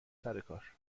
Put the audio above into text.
سرکار